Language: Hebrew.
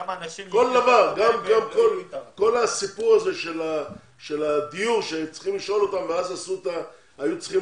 כל הסיפור של הדיור שצריכים לשאול אותם והיו צריכים